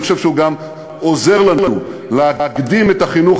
אני חושב שהוא גם עוזר לנו להקדים את החינוך